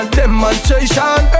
demonstration